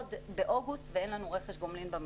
בעוד באוגוסט אין לנו רכש גומלין במכרז.